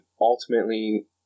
ultimately